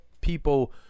people